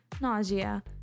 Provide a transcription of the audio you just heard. nausea